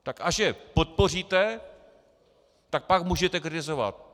Tak až je podpoříte, tak pak můžete kritizovat.